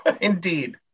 Indeed